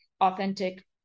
authentic